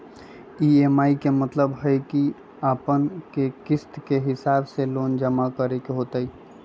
EMI के मतलब है कि अपने के किस्त के हिसाब से लोन जमा करे के होतेई?